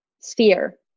sphere